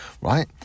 right